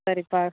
சரிப்பா